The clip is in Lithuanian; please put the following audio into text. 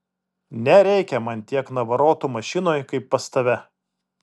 nereikia man tiek navarotų mašinoj kaip pas tave